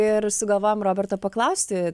ir sugalvojom roberto paklausti